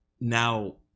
now